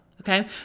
Okay